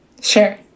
Sure